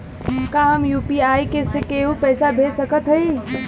का हम यू.पी.आई से केहू के पैसा भेज सकत हई?